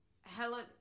Helen